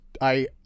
I-